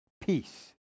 peace